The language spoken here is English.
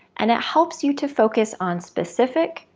and it helps you to focus on specific,